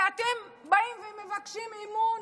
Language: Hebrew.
ואתם באים ומבקשים אמון?